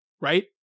right